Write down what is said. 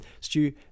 Stu